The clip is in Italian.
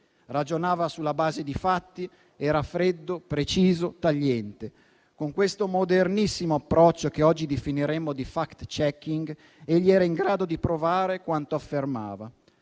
Ragionava sulla base dei fatti: era freddo, preciso, tagliente. Con questo modernissimo approccio, che oggi definiremo di *fact checking*, egli era in grado di provare quanto affermava.